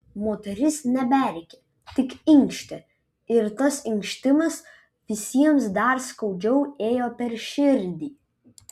moteris neberėkė tik inkštė ir tas inkštimas visiems dar skaudžiau ėjo per širdį